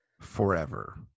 forever